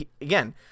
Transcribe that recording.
again